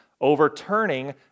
overturning